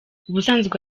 ubusanzwe